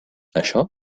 això